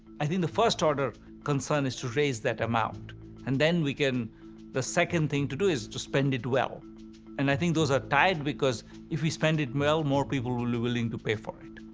i think the first order concern is to raise that amount and then we can the second thing to do is to spend it well and i think those are tied because if we spend it well more people will be willing to pay for it.